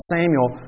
Samuel